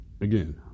again